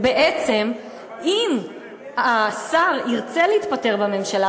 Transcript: אם השר ירצה להתפטר מהממשלה,